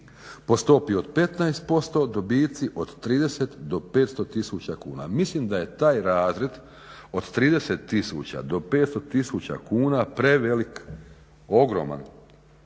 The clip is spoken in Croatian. Po stopi od 15% dobici od 30 do 500 tisuća kuna. Mislim da je taj razred od 30 tisuća do 500 tisuća kuna prevelik, ogroman.